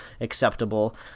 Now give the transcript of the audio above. acceptable